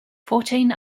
fourteen